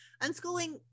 Unschooling